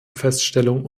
feststellung